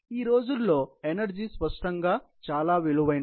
ఈ రోజుల్లో శక్తి స్పష్టంగా ఉంది చాలా విలువైనది